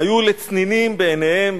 היו לצנינים בעיניהם.